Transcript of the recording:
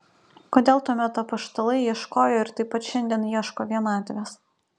kodėl tuomet apaštalai ieškojo ir taip pat šiandien ieško vienatvės